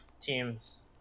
teams